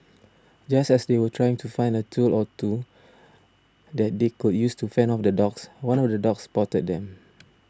just as they were trying to find a tool or two that they could use to fend off the dogs one of the dogs spotted them